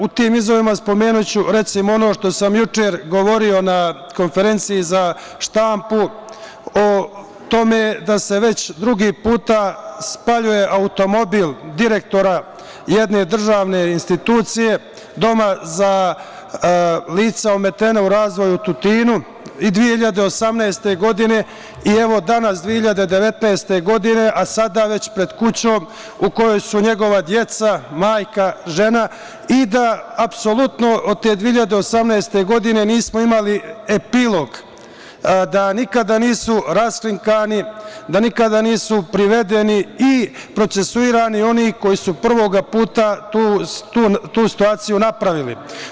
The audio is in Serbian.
U tim izazovima spomenuću, recimo, ono što sam juče govorio na konferenciji za štampu, o tome da se već drugi put spaljuje automobil jedne državne institucije, Doma za lica ometena u razvoju u Tutinu i 2018. godine i evo i danas 2019. godine, a sada već pred kućom u kojoj su njegova deca, majka, žena i da apsolutno od te 2018. godine nismo imali epilog, da nikada nisu raskrinkani, da nikada nisu privedeni i procesuirani oni koji su prvog puta tu situaciju napravili.